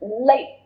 late